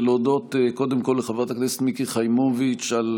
ולהודות קודם כול לחברת הכנסת מיקי חיימוביץ' על